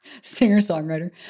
singer-songwriter